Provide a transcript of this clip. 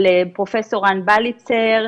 של פרופ' רן בליצר,